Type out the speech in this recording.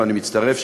ואני מצטרף,